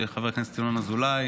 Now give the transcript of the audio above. שחבר הכנסת ינון אזולאי